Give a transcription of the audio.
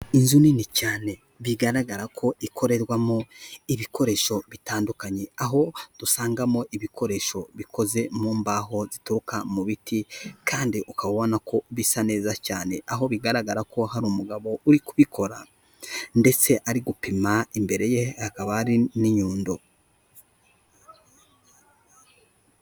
Inzu nini cyane bigaragara ko ikorerwamo ibikoresho bitandukanye aho dusangamo ibikoresho bikoze mu mbaho zituruka mu biti, kandi ukaba ubona ko bisa neza cyane, aho bigaragara ko hari umugabo uri kubikora, ndetse ari gupima imbere ye hakaba hari n'inyundo.